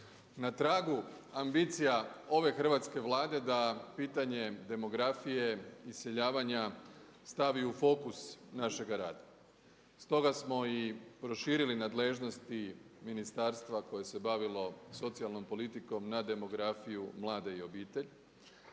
na tragu ambicija ove hrvatske Vlade da pitanje demografije, iseljavanja stavi u fokus našega rada. Stoga smo i proširili nadležnosti ministarstva koje se bavilo socijalnom politikom na demografiju, mlade i obitelj.